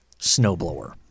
snowblower